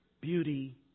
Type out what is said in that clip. beauty